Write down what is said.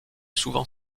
souvent